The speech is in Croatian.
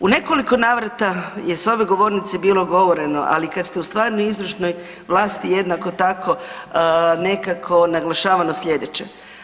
U nekoliko navrata je s ove govornice bilo govoreno, ali kad ste u stvarno izvršnoj vlasti jednako tako nekako naglašavano slijedeće.